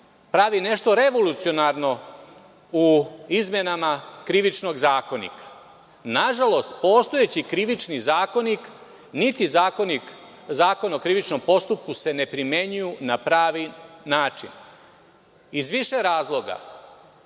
pravi nešto revolucionarno u izmenama Krivičnog zakonika. Nažalost, postojeći Krivični zakonik, niti Zakon o krivičnom postupku se ne primenjuju na pravi način iz više razloga